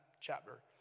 chapter